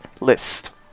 list